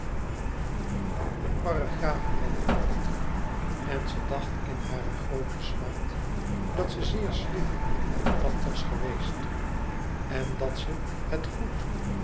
en ze dacht in hare groote smart dat ze zeer slim en knap was geweest en dat ze het goed o